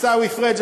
עיסאווי פריג',